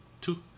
two